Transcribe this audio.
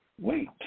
Wait